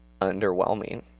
underwhelming